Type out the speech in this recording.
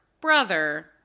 brother